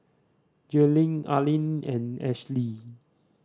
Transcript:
Jailyn Arlin and Ashly